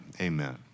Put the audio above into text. Amen